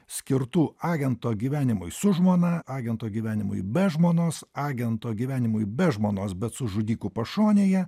skirtų agento gyvenimui su žmona agento gyvenimui be žmonos agento gyvenimui be žmonos bet su žudiku pašonėje